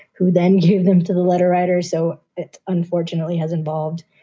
who then gave them to the letter writers. so it unfortunately has involved,